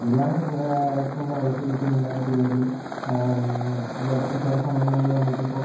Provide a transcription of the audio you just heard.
ബിരിയാണി കൂ ഇടയ്ക്ക് എന്റെ വൈഫ് വീട്ടിൽ നിന്ന് ഉണ്ടാക്കിത്തരുമെങ്കിലും ഇടയ്ക്ക് ചില സമയങ്ങളിൽ നമുക്കിപ്പം